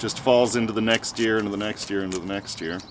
just falls into the next year in the next year and the next year